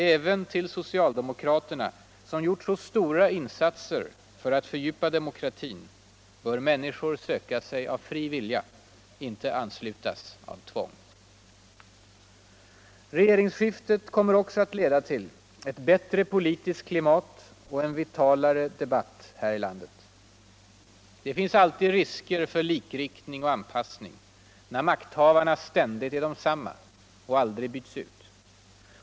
Även till socialdemokraterna, som gjort så stora insatser för utt fördjupa demokratin, bör minniskor söka sig av fri vilju, inte anslutas med tvång. Regeringsskiftet kommer också att leda till ett bättre politiskt klimat och en vitalare debatt här i ländet. Det finns alltid risker för likriktning och anpassning när makthavarna ständigt är desamma, aldrig bvis ut.